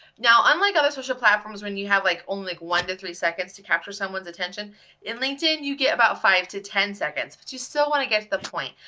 now unlike other social platforms when you have like only one to three seconds to capture someone's in linkedin you get about five to ten seconds, but you still wanna get to the point.